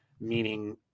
meaning